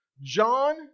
john